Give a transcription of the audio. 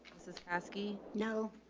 this is ascii. no.